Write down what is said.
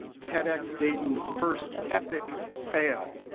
tedxdayton's first epic fail.